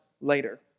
later